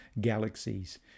Galaxies